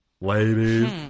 Ladies